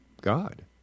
God